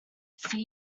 sea